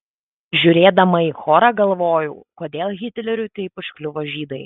žiūrėdama į chorą galvojau kodėl hitleriui taip užkliuvo žydai